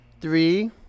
Three